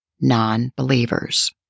non-believers